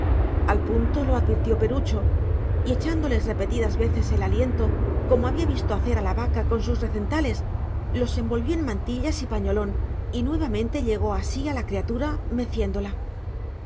al punto lo advirtió perucho y echándoles repetidas veces el aliento como había visto hacer a la vaca con sus recentales los envolvió en mantillas y pañolón y nuevamente llegó a sí a la criatura meciéndola